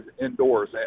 indoors